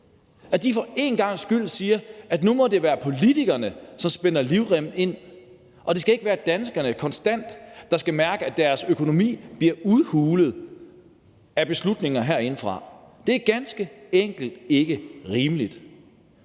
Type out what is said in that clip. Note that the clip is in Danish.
og for en gangs skyld siger, at nu må det være politikerne, som spænder livremmen ind. Det skal ikke være danskerne, der konstant skal mærke, at deres økonomi bliver udhulet af beslutninger herindefra. Det er ganske enkelt ikke rimeligt.